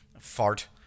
Fart